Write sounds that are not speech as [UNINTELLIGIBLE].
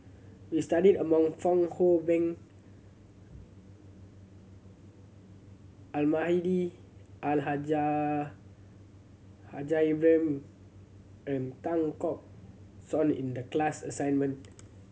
we studied [UNINTELLIGIBLE] Fong Hoe Beng Almahdi Al Haj [UNINTELLIGIBLE] Ibrahim and Tan Keong Choon in the class assignment